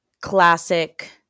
classic